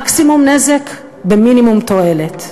מקסימום נזק במינימום תועלת.